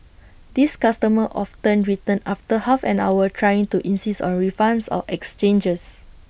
these customers often return after half an hour trying to insist on refunds or exchanges